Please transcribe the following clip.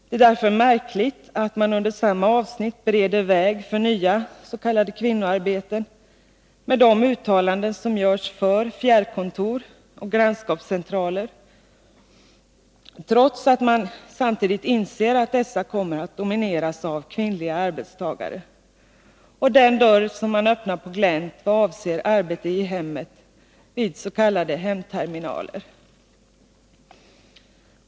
Det är därför märkligt att man under samma avsnitt bereder väg för nya ”kvinnoarbeten” med de uttalanden som görs för fjärrkontor och grannskapscentraler, trots att man samtidigt inser att dessa kommer att domineras av kvinnliga arbetstagare, och den dörr som öppnas på glänt i vad avser arbete i hemmet vid s.k. hemterminaler.